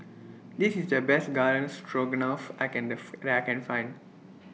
This IS The Best Garden Stroganoff I Can that I Can Find